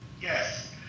Yes